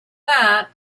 that